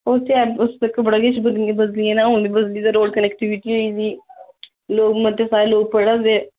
ओह् ते उस बैल्ले तक बड़ा किश बदली जाना हून गै बदली गेदा रोड कनेक्टिविटी होई गेदी लोक मते सारे लोक पढ़ा दे